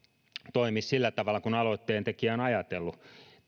toimi sillä tavalla kuin aloitteentekijä on ajatellut